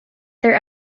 their